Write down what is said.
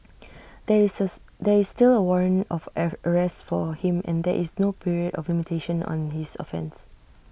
there is there is still A warrant of arrest for him and there is no period of limitation on his offence